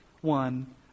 one